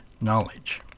knowledge